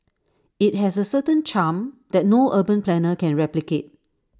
IT has A certain charm that no urban planner can replicate